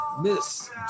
Miss